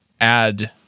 add